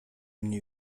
mnie